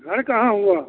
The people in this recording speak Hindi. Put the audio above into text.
घर कहाँ हुआ